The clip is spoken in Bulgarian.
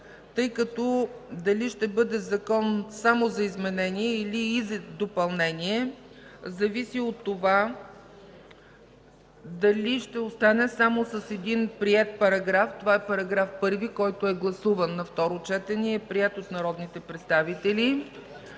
тъй като дали ще бъде Закон само за изменение, или и за допълнение, зависи от това дали ще остане само с един приет параграф –§ 1, който е гласуван на второ четене и е приет от народните представители.